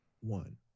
one